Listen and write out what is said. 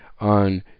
on